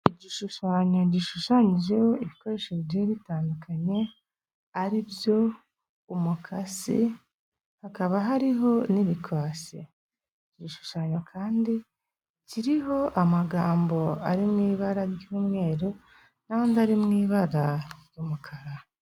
Igishushanyo gishushanyijeho ibikoresho bigiye bitandukanye ari byo: umukasi, hakaba hariho n'ibikwasi, iki gishushanyo kandi kiriho amagambo ari mu ibara ry'umweru n'andi ari mu ibara ry'umukara.